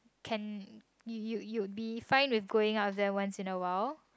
can you you you'd be fine with going out with them once in a while